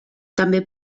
també